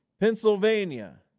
Pennsylvania